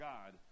God